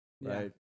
right